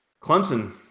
Clemson